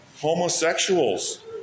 homosexuals